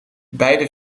beide